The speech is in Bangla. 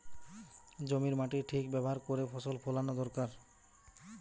জমির মাটির ঠিক ব্যাভার কোরে ফসল ফোলানো দোরকার